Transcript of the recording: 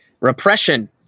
repression